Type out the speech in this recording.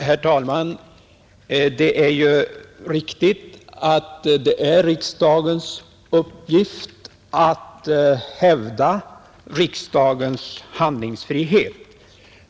Herr talman! Det är riktigt att det är riksdagens uppgift att hävda riksdagens handlingsfrihet.